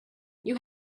you